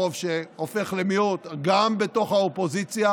הרוב שהופך למיעוט גם בתוך האופוזיציה,